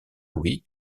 louis